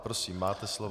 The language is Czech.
Prosím, máte slovo.